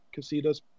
casitas